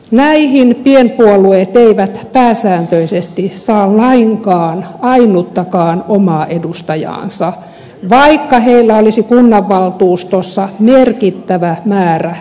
näihin pienpuolueet eivät pääsääntöisesti saa lainkaan ainuttakaan omaa edustajaansa vaikka heillä olisi kunnanvaltuustossa merkittävä määrä edustajia